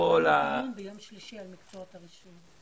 אנחנו מקיימים דיון ביום שלישי על מקצועות הרישוי.